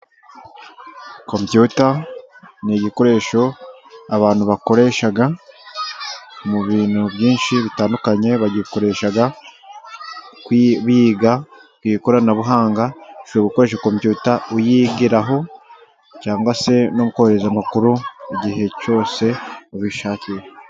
Computer ni igikoresho abantu bakoresha mu bintu byinshi bitandukanye. Bagikoresha biga ku ikoranabuhanga. Ushobora gukoresha computer uyigiraho cyangwa se no kohereza amakuru igihe cyose ubishakiye.